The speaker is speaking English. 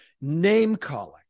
name-calling